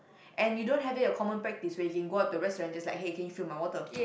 and you don't have it a common practice where you can go up to a restaurant and just like hey can you fill my water